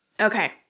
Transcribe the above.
okay